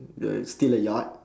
uh steal a yacht